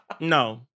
no